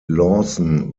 lawson